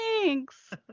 thanks